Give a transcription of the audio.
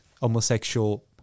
homosexual